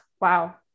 Wow